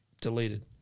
deleted